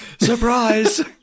Surprise